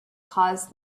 caused